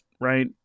right